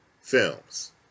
films